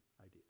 idea